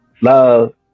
love